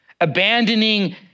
abandoning